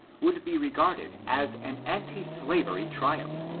would be regarded as an anti-slavery triumph,